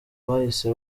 bahise